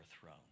throne